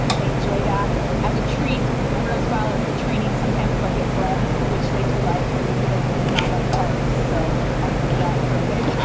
they enjoy that as a treat. everyone, swidler for training. sometimes they'll get bread, which they do like. i mean, who doesn't not like carbs? so i do a lot for a bag.